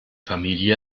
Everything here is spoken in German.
familie